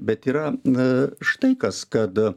bet yra na štai kas kad